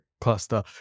cluster